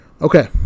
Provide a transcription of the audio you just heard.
Okay